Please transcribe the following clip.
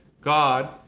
God